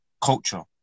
culture